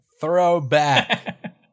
Throwback